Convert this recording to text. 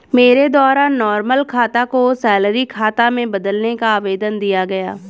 मेरे द्वारा नॉर्मल खाता को सैलरी खाता में बदलने का आवेदन दिया गया